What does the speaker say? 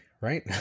right